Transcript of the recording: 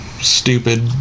Stupid